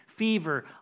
fever